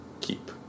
keep